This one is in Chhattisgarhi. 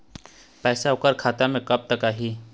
पैसा ओकर खाता म कब तक जाही?